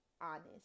honest